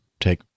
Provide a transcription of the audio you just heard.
take